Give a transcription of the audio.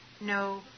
no